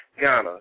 Ghana